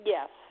Yes